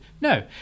No